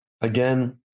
again